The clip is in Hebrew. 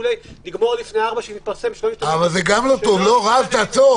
נגמור לפני 16:00. זה לא טוב גם כן.